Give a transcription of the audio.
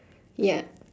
ya